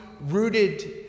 rooted